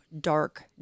dark